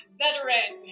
veteran